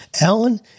Alan